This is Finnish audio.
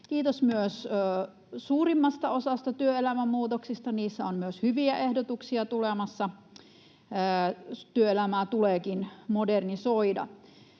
Kiitos myös suurimmasta osasta työelämän muutoksia, niihin on tulossa myös hyviä ehdotuksia — työelämää tuleekin modernisoida.